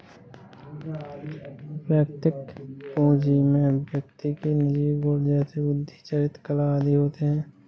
वैयक्तिक पूंजी में व्यक्ति के निजी गुण जैसे बुद्धि, चरित्र, कला आदि होते हैं